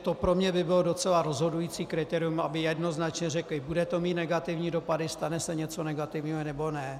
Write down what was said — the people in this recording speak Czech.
To by pro mě bylo docela rozhodující kritérium, aby jednoznačně řekli: bude to mít negativní dopady, stane se něco negativního, nebo ne.